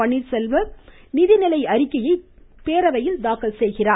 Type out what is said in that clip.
பன்னீர்செல்வம் நிதிநிலை அறிக்கையை பேரவையில் தாக்கல் செய்கிறார்